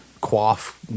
quaff